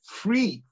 free